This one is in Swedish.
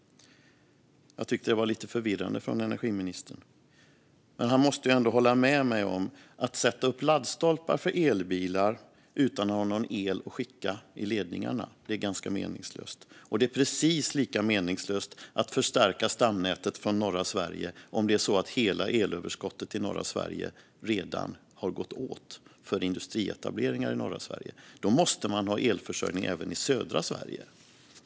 Det var lite förvirrande. Men han måste ändå hålla med om att det är ganska meningslöst att sätta upp laddstolpar för elbilar utan att ha någon el att skicka i ledningarna. Det är precis lika meningslöst att förstärka stamnätet från norra Sverige om hela överskottet i norra Sverige redan har gått åt för industrietableringar där. Då måste man ha elförsörjning även i södra Sverige.